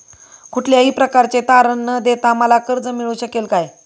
कुठल्याही प्रकारचे तारण न देता मला कर्ज मिळू शकेल काय?